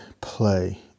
play